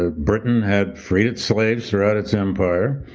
ah britain had freed it slaves throughout its empire